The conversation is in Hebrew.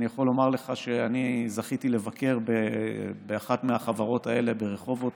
אני יכול לומר לך שאני זכיתי לבקר באחת מהחברות האלה ברחובות